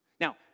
Now